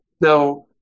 Now